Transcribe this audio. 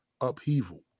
upheaval